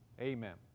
Amen